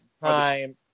time